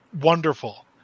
wonderful